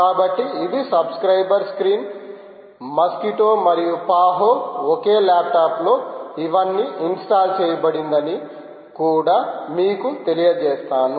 కాబట్టి ఇది subscriber screen mosquito మరియు పహో ఒకే ల్యాప్టాప్లో ఇవన్నీ ఇన్స్టాల్ చేయబడిందని కూడా మీకు తెలియజేస్తాను